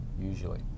usually